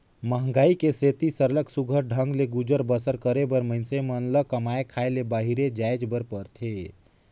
मंहगई के सेती सरलग सुग्घर ढंग ले गुजर बसर करे बर मइनसे मन ल कमाए खाए ले बाहिरे जाएच बर परथे